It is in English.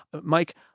Mike